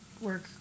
work